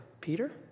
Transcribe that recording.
Peter